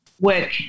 work